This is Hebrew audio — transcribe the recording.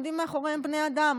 עומדים מאחוריהם בני אדם,